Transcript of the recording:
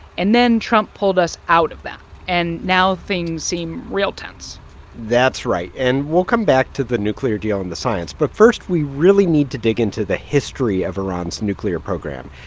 and then trump pulled us out of that, and now things seem real tense that's right. and we'll come back to the nuclear deal and the science, but first, we really need to dig into the history of iran's nuclear program.